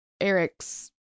Eric's